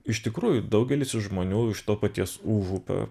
iš tikrųjų daugelis iš žmonių iš to paties užupio